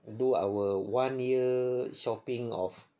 do our one year shopping of